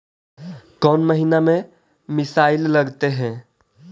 कौन महीना में मिसाइल लगते हैं?